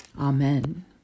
Amen